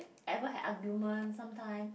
ever had argument sometime